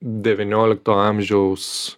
devyniolikto amžiaus